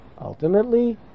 Ultimately